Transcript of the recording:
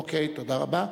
אוקיי, תודה רבה.